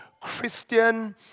Christian